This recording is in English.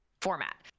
format